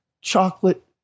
chocolate